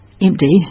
empty